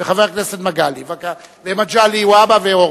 חברי הכנסת מגלי והבה והורוביץ.